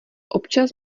občas